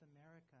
America